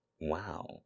Wow